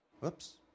whoops